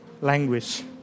language